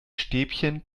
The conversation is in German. stäbchen